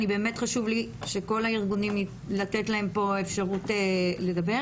באמת חשוב לי לתת לכל הארגונים אפשרות לדבר.